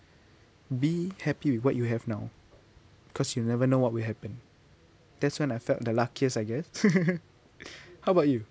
be happy with what you have now because you never know what will happen that's when I felt the luckiest I guess how about you